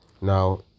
now